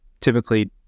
typically